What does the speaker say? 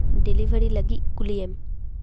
delivery ᱞᱟᱹᱜᱤᱫ ᱠᱩᱞᱤᱭᱮᱢ